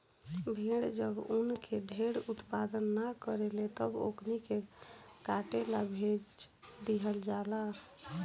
भेड़ जब ऊन के ढेर उत्पादन न करेले तब ओकनी के काटे ला भेज दीहल जाला